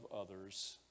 others